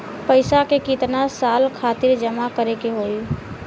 पैसा के कितना साल खातिर जमा करे के होइ?